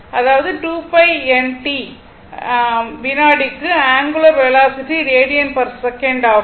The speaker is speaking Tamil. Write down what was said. அதாவது 2 π n t என்பது விநாடிக்கு angular velocity radian per second ஆகும்